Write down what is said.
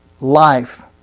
life